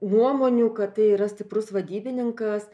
nuomonių kad tai yra stiprus vadybininkas